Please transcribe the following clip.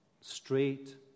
straight